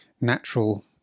natural